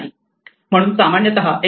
म्हणून सामान्यतः एच